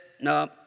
No